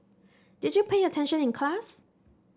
did you pay attention in class